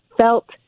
felt